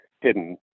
hidden